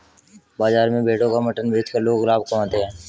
बाजार में भेड़ों का मटन बेचकर लोग लाभ कमाते है